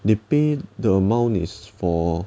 they pay the amount is for